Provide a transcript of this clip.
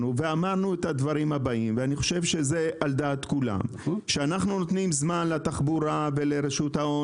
ולדעתי זה על דעת כולם: אנחנו נותנים זמן למשרד התחבורה ולרשות ההון